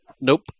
Nope